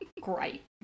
Great